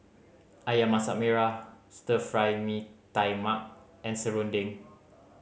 Ayam Masak Merah Stir Fry Mee Tai Mak and serunding